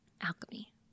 alchemy